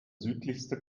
südlichste